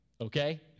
okay